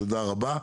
תודה רבה.